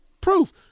proof